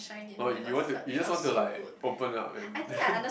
oh you want to you just want to like open up and